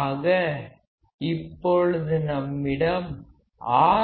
ஆக இப்பொழுது நம்மிடம்